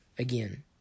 Again